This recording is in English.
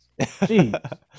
Jeez